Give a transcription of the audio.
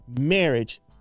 marriage